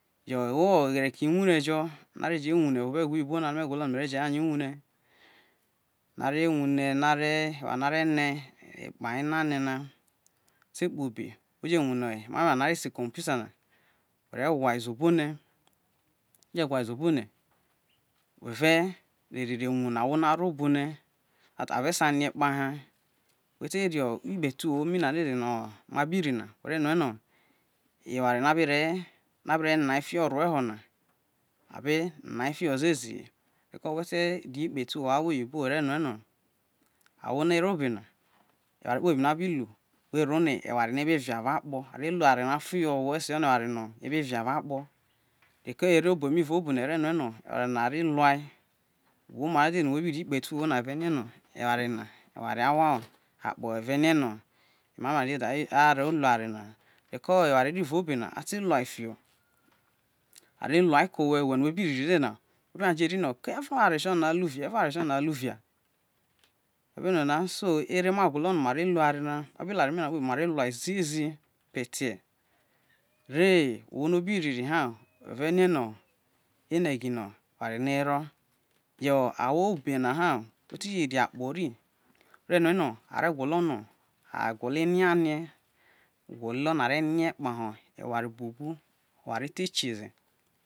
Yo owo oghere ke iwure jo no a re je wure evao obo egwo iyibo na no me gwolo lome re wurie no are wune na ru ne, aware no are ne kpahe ema rie na. Me fe kpa obe wene eware no a re se ekomputa na, ore gwa ze obo ne, me je gwa ze obo ne me re re ye wune̱ ahwo no ero̱ obo ne are se ria kpaha wete no ekpeti uwo mi na no ma bi na me re rue no̱ ewar no̱ abe ro nae fiho rue ho na e fiho ziezi. Roke wete ri ekpeti uwo oyibo were rue no ahwo no ero obe na eware kpo bi no abi hi yo eware no ebe via evao akpo, are luo eware na fiho woho e̱si no ebe via evao akpo. Reko̱ ero obo mi ro obo ne are lua weno obi ri ekpeti uwo no ri a evane we re rie ino eware na eware awo akpo are rie no ma man de aro lu oware na ha reko eware ri ro obe na ate̱ luo roko owe ere ta no ere oware to ona olu via wu be rue so ere ma gwo̱lo̱ no ma re luo eware na ma bi lu eware mi na mare lue ziezi re ohwo oro obi ri ri na rue̱ rie̱ ri no ene̱ gino̱ eware na ero. Yo ahwo obe na he̱ ma ti je ri akpo̱ ri mare rue̱ no̱ are gwolo no̱ a gwolo eria rie agwolo no eware na eware ahwo akpo ara luo eware ene gino eware na ero a gwo̱lo̱ are̱ rie kpo eware buobu i oware te kieze.